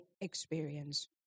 experience